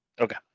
Okay